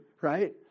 right